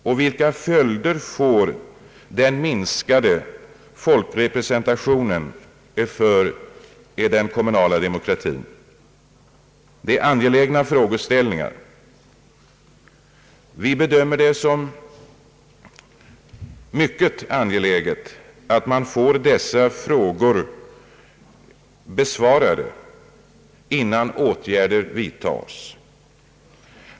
Och vilka följder får den minskade folkrepresentationen för den kommunala demokratin? Detta är angelägna frågeställningar. Vi bedömer det som mycket viktigt att få dessa frågor besvarade innan åtgärder vidtages.